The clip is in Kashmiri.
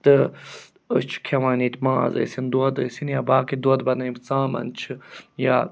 تہٕ أسۍ چھِ کھٮ۪وان ییٚتہِ ماز ٲسِن دۄد ٲسِن یا باقٕے دۄد بَنٲوِتھ ژامَن چھِ یا